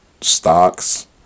stocks